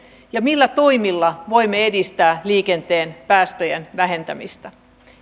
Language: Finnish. ja millä toimilla voimme edistää liikenteen päästöjen vähentämistä